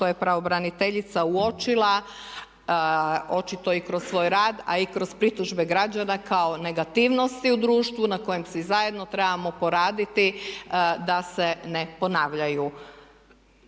što je pravobraniteljica uočila, očito i kroz svoj rad a i kroz pritužbe građana kao negativnosti u društvu na kojima svi zajedno trebamo poraditi da se ne ponavljaju.